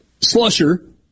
Slusher